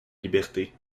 liberté